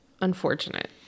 unfortunate